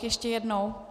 Ještě jednou.